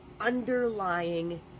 underlying